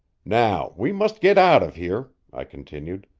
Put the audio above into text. now, we must get out of here, i continued.